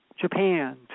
Japan